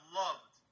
loved